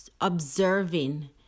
observing